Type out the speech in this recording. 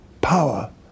power